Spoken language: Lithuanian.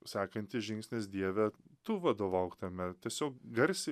sekantis žingsnis dieve tu vadovauk tame tiesiog garsi